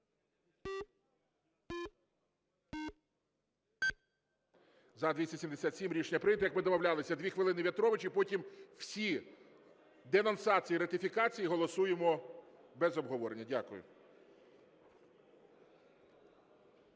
За-277 Рішення прийнято. Як ми домовлялися, 2 хвилини – В'ятрович, і потім всі денонсації і ратифікації голосуємо без обговорення. Дякую.